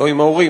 לא עם ההורים,